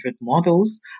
models